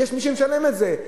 כי יש מי שמשלם את זה,